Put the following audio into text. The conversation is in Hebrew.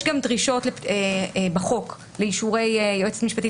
יש גם דרישות בחוק לאישורי היועצת המשפטית